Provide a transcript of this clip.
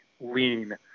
lean